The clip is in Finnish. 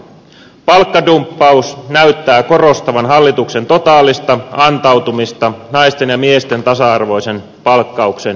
palkkadumppaus näyttää korostavan hallituksen totaalista antautumista naisten ja miesten tasa arvoisen palkkauksen edistämiseksi